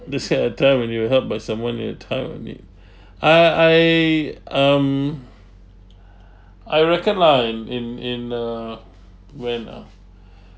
describe a time when you're helped by someone you when you tied on it uh I um I reckon lah in in in uh when ah